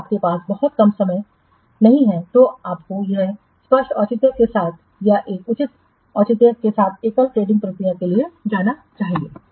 यदि आपके पास बहुत कम समय नहीं है तो आपको एक स्पष्ट औचित्य के साथ या एक उचित औचित्य के साथ एकल टेंडरिंग प्रक्रिया के लिए जाना चाहिए